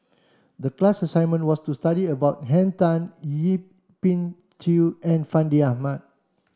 the class assignment was to study about Henn Tan Yip Pin Xiu and Fandi Ahmad